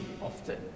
often